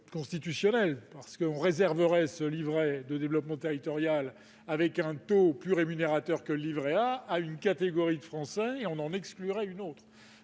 constitutionnel, parce que l'on réserverait ce livret de développement territorial, au taux plus rémunérateur que le livret A, à une catégorie de Français, et que l'on en exclurait une autre.